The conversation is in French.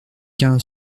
quinze